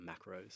macros